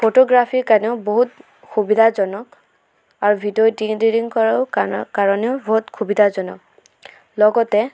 ফ'টোগ্ৰাফীৰ কাৰণেও বহুত সুবিধাজনক আৰু ভিডিঅ' এডিটিং কৰাও কাৰণে কাৰণেও বহুত সুবিধাজনক লগতে